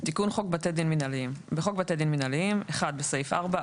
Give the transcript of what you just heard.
חוק בתי דין מינהליים41.בחוק בתי דין מינהליים (1)בסעיף 4,